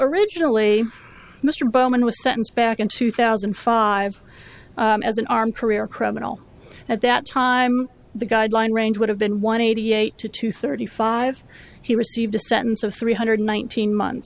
originally mr bowman was sentenced back in two thousand and five as an armed career criminal at that time the guideline range would have been one eighty eight to two thirty five he received a sentence of three hundred one thousand months